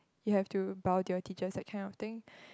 you have to bow to your teachers that kind of thing